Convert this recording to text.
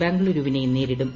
ബംഗ്ളൂരുവിനെ നേരിടും